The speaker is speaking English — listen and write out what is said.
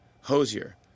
Hosier